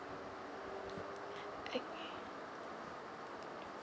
okay